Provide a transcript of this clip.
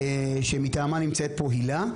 שמטעמה נמצאת פה הילה,